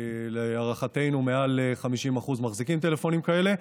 להערכתנו מעל 50% מחזיקים טלפונים כאלה.